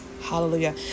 Hallelujah